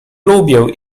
lubię